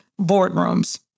boardrooms